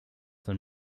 than